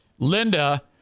Linda